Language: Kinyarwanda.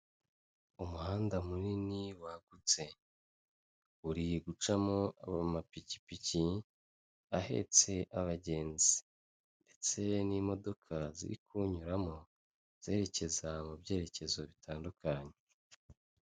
Umuhanda munini wagutse uri gucamo amapikipiki ahetse abagenzi ndetse n'imodoka ziri kuwunyuramo, zerekeza mu byerekezo bitandukanye.